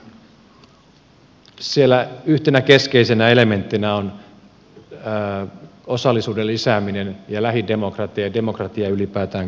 meillä on siellä yhtenä keskeisenä elementtinä osallisuuden lisääminen ja lähidemokratia ja demokratia ylipäätään kunnissa